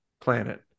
planet